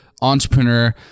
entrepreneur